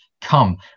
Come